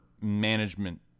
management